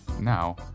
now